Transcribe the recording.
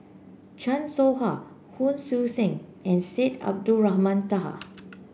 Chan Soh Ha Hon Sui Sen and Syed Abdulrahman Taha